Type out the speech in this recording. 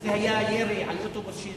זה היה בעקבות ירי על אוטובוס.